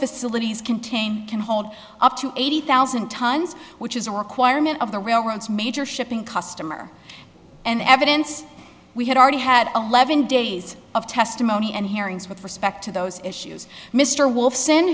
facilities contain can hold up to eighty thousand tons which is a requirement of the railroads major shipping customer and evidence we had already had eleven days of testimony and hearings with respect to those issues mr wolf